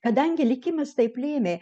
kadangi likimas taip lėmė